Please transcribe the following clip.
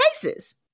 cases